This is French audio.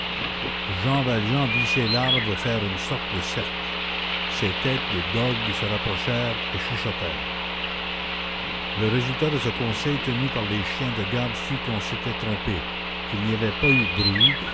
jean valjean vit ces larves faire une sorte de cercle ces têtes de dogues se rapprochèrent et chuchotèrent le résultat de ce conseil tenu par les chiens de garde fut qu'on s'était trompé qu'il n'y avait pas eu de bruit